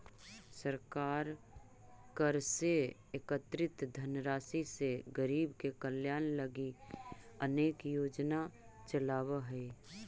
सरकार कर से एकत्रित धनराशि से गरीब के कल्याण लगी अनेक योजना चलावऽ हई